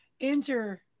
enter